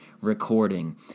recording